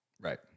Right